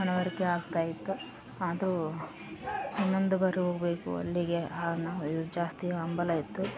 ಮನವರಿಕೆ ಆಗ್ತಾ ಇತ್ತು ಅದೂ ಇನ್ನೊಂದು ಬರುವ ಬೇಕು ಅಲ್ಲಿಗೆ ಹಾನ ಜಾಸ್ತಿ ಹಂಬಲ ಇತ್ತು